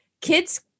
kids